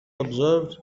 observed